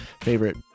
favorite